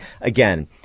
again